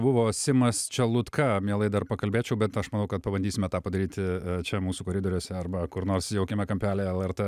buvo simas čelutka mielai dar pakalbėčiau bet aš manau kad pabandysime tą padaryti čia mūsų koridoriuose arba kur nors jaukiame kampelyje lrt